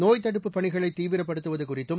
நோய்த் தடுப்புப் பணிகளை தீவிரப்படுத்துவது குறித்தும்